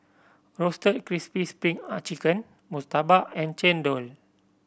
Roasted Crispy spring are chicken murtabak and chendol